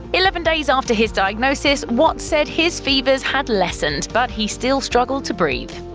eleven days after his diagnosis, watt said his fevers had lessened, but he still struggled to breathe.